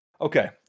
okay